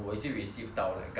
I think !wah!